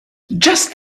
just